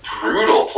brutal